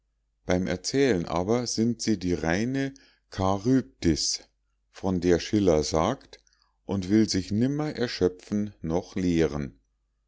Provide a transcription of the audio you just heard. beim erzählen aber sind sie die reine charybdis von der schiller sagt und will sich nimmer erschöpfen noch leeren